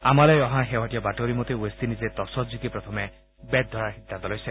আমালৈ অহা শেহতীয়া বাতৰি মতে ৱেষ্ট ইণ্ডিজে টচত জিকি প্ৰথমে বেট ধৰাৰ সিদ্ধান্ত লৈছে